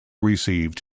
received